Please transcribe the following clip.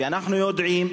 ואנחנו יודעים,